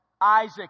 Isaac